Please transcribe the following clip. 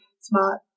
smart